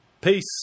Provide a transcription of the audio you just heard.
Peace